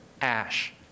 Ash